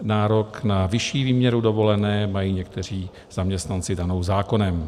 Nárok na vyšší výměru dovolené mají někteří zaměstnanci danou zákonem.